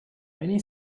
many